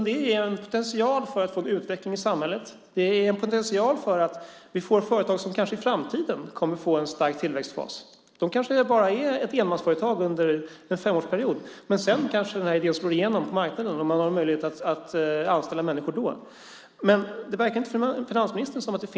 Det är en potential för att få en utveckling i samhället. Det skapar en potential för att vi i framtiden kanske ska få företag med en stark tillväxtbas. De kanske är enmansföretag under en femårsperiod, men sedan kanske idén slår igenom på marknaden, och då har man möjlighet att anställa människor. Finansministern verkar inte se något värde i detta.